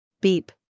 Beep